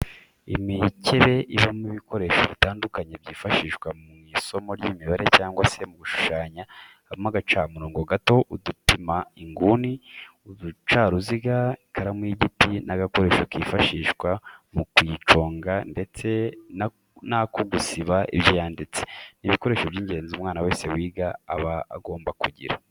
Imikebe ibamo ibikoresho bitandukanye byifashishwa mu isomo ry'imibare cyangwa se mu gushushanya, habamo agacamurongo gato, udupima inguni, uducaruziga, ikaramu y'igiti n'agakoresho kifashishwa mu kuyiconga ndetse n'ako gusiba ibyo yanditse, ni ibikoresho by'ingenzi umwana wese wiga aba agomba kugira.